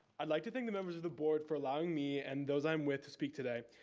i'd like to thank the members of the board for allowing me and those i'm with to speak today.